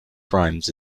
primes